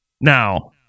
Now